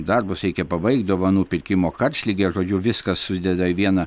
darbus reikia pabaigt dovanų pirkimo karštligė žodžiu viskas susideda į vieną